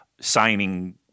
Signing